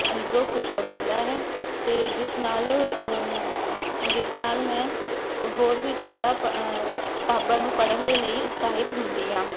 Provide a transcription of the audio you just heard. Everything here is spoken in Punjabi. ਅੰਦਰੋਂ ਖੁਸ਼ ਹੋ ਜਾਂਦਾ ਹੈ ਅਤੇ ਜਿਸ ਨਾਲ਼ ਜਿਸ ਨਾਲ਼ ਮੈਂ ਹੋਰ ਵੀ ਜ਼ਿਆਦਾ ਪ ਕਿਤਾਬਾਂ ਨੂੰ ਪੜ੍ਹਨ ਦੇ ਲਈ ਉਤਸ਼ਾਹਿਤ ਹੁੰਦੀ ਹਾਂ